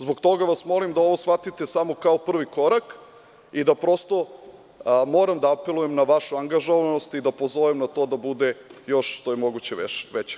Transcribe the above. Zbog toga vas molim da ovo shvatite samo kao prvi korak i da prosto moram da apelujem na vašu angažovanost i da pozovem na to da bude još što je moguće veća.